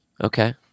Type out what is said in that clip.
Okay